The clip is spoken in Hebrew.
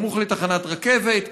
סמוך לתחנת רכבת.